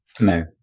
No